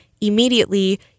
immediately